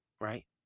right